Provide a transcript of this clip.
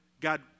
God